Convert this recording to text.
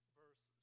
verse